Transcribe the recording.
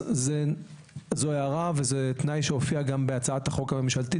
זו הערה וזה תנאי שהופיע גם בהצעת החוק הממשלתית